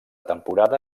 temporada